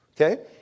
Okay